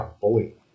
bully